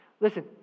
Listen